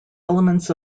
elements